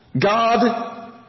God